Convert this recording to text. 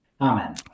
Amen